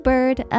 Bird